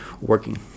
working